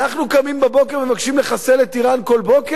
אנחנו קמים בבוקר ומבקשים לחסל את אירן כל בוקר?